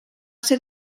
ser